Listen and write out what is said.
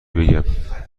بگم